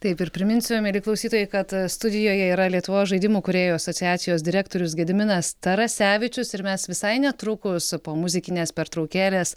taip ir priminsiu mieli klausytojai kad studijoje yra lietuvos žaidimų kūrėjų asociacijos direktorius gediminas tarasevičius ir mes visai netrukus po muzikinės pertraukėlės